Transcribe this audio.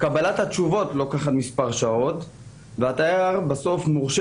קבלת התשובות אורכת מספר שעות והתייר - שבסוף מורשה